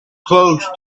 close